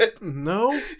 No